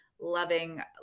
loving